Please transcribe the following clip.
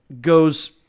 goes